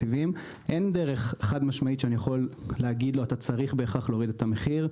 אין דרך חד-משמעית שאני יכול להגיד לו: אתה צריך בהכרח להוריד את המחיר.